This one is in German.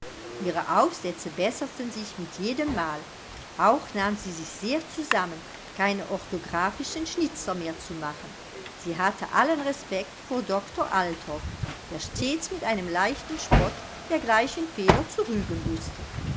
ihre aufsätze besserten sich mit jedem mal auch nahm sie sich sehr zusammen keine orthographischen schnitzer mehr zu machen sie hatte allen respekt vor doktor althoff der stets mit einem leichten spott dergleichen fehler zu rügen wußte